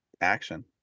action